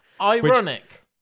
Ironic